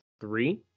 Three